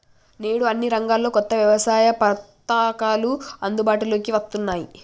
నేడు అన్ని రంగాల్లో కొత్త వ్యవస్తాపకతలు అందుబాటులోకి వస్తున్నాయి